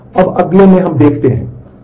अब हम अगले में देखते हैं